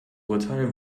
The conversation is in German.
urteil